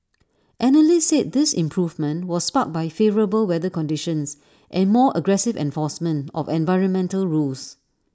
analysts said this improvement was sparked by favourable weather conditions and more aggressive enforcement of environmental rules